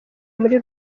muri